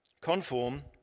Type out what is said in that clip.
Conform